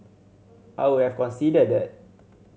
I would have considered that